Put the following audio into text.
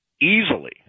easily